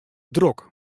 drok